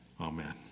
Amen